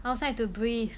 outside to breathe